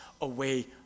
away